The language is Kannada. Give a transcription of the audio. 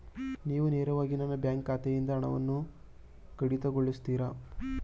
ನೀವು ನೇರವಾಗಿ ನನ್ನ ಬ್ಯಾಂಕ್ ಖಾತೆಯಿಂದ ಹಣವನ್ನು ಕಡಿತಗೊಳಿಸುತ್ತೀರಾ?